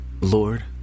lord